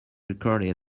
recorded